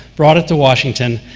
brought it to washington,